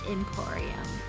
Emporium